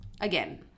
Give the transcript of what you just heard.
again